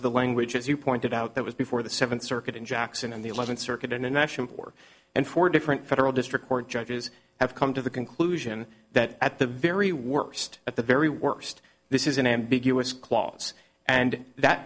to the language as you pointed out that was before the seventh circuit in jackson and the eleventh circuit in a national board and four different federal district court judges have come to the conclusion that at the very worst at the very worst this is an ambiguous clause and that